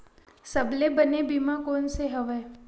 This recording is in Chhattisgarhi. सबले बने बीमा कोन से हवय?